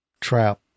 trap